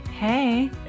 Hey